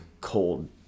cold